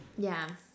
ya